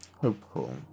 hopeful